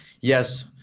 Yes